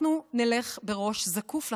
אנחנו נלך בראש זקוף לחלוטין.